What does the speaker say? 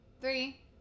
Three